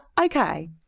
okay